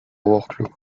wrocław